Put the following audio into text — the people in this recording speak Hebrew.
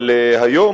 היום,